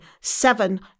Seven